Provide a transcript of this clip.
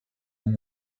him